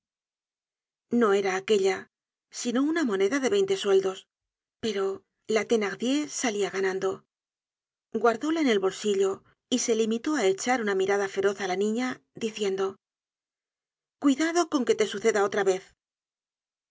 no era aquella sino una moneda de veinte sueldos pero la thc tomoii content from google book search generated at i nardier salia ganando guardóla en el bolsillo y se limitó á echar una mirada feroz á la niña diciendo cuidado con que te suceda otra vez